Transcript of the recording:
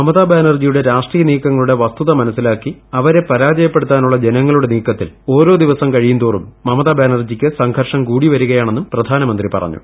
മമതാ ബാനർജിയുടെ രാഷ്ട്രീയ നീക്കങ്ങളുടെ വസ്തുത മനസ്സിലാക്കി അവരെ പരാജയപ്പെടുത്താനുള്ള ജനങ്ങളുടെ നീക്കത്തിൽ ദിവസം കഴിയുന്തോറും അവർക്ക് സംഘർഷം കൂടി വരുകയാണെന്നും പ്രധാനമന്ത്രി പറഞ്ഞു